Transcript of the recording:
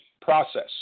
process